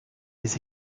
des